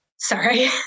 Sorry